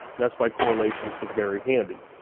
that's why correlation is very handy.